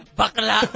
bakla